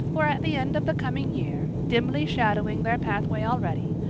for at the end of the coming year, dimly shadowing their pathway already,